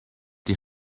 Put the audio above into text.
die